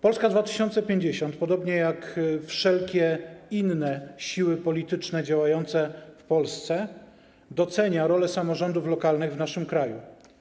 Polska 2050, podobnie jak wszelkie inne siły polityczne działające w Polsce, docenia rolę samorządów lokalnych w naszym kraju.